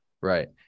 Right